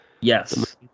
Yes